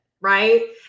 Right